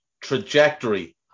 trajectory